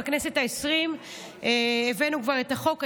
כבר בכנסת העשרים הבאנו את החוק.